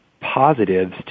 positives